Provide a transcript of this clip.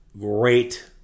great